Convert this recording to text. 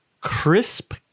Crisp